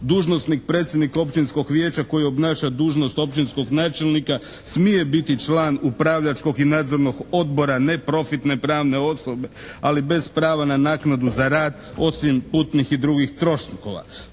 dužnosnik predsjednik općinskog vijeća koji obnaša dužnost općinskog načelnika smije biti član upravljačkog i nadzornog odbora neprofitne pravne osobe ali bez prava na naknadu za rad osim putnih i drugih troškova.